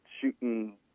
shooting